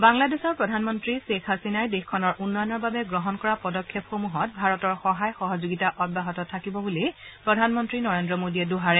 বাংলাদেশৰ প্ৰধানমন্ত্ৰী শ্বেখ হাছিনাই দেশখনৰ উন্নয়নৰ বাবে গ্ৰহণ কৰা পদক্ষেপসমূহত ভাৰতৰ সহায় সহযোগিতা অব্যাহত থাকিব বুলি প্ৰধানমন্ত্ৰী নৰেন্দ্ৰ মোডীয়ে দোহাৰে